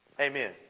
amen